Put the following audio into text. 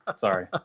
sorry